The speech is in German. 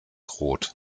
rot